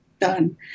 done